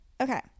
okay